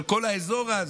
של כל האזור אז,